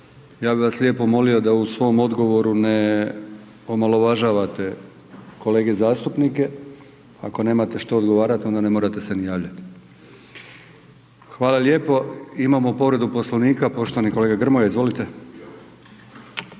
ja bih vas lijepo molio da u svom odgovoru ne omaložavate kolege zastupnike, ako nemate što odgovarat, onda ne morate se ni javljati. Hvala lijepo. Imamo povredu Poslovnika, poštovani kolega Grmoja, izvolite.